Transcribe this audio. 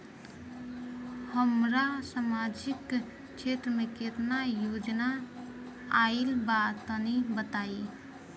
हमरा समाजिक क्षेत्र में केतना योजना आइल बा तनि बताईं?